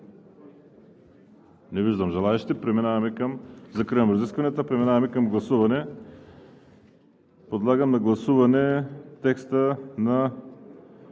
Не виждам. Закривам разискванията. Преминаваме към гласуване. Подлагам на гласуване текста на